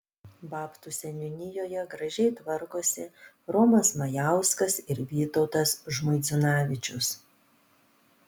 babtų seniūnijoje gražiai tvarkosi romas majauskas ir vytautas žmuidzinavičius